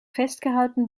festgehalten